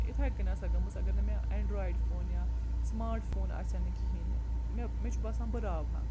اِتھَے کٔنۍ آسا گٔمٕژ اگر نہٕ مےٚ ایٚنٛڈرایِڈ فون یا سُماٹ فون آسہِ ہا نہٕ کِہیٖنۍ نہ مےٚ مےٚ چھُ باسان بَہ راوہا